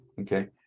okay